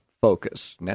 Focus